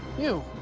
you.